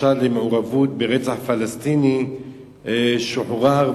בחשד למעורבות ברצח פלסטיני הוא שוחרר,